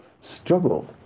struggle